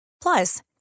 Plus